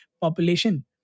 population